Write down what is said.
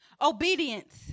obedience